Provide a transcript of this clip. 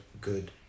good